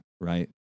Right